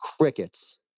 Crickets